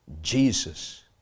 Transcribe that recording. Jesus